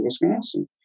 Wisconsin